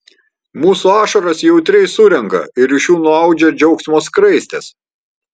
mūsų ašaras jautriai surenka ir iš jų nuaudžia džiaugsmo skraistes